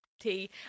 tea